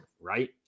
Right